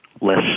less